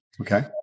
Okay